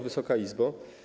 Wysoka Izbo!